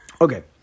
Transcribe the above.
Okay